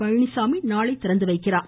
பழனிச்சாமி நாளை திறந்து வைக்கிறார்